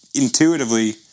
Intuitively